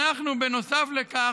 אנחנו, בנוסף לכך,